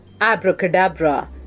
abracadabra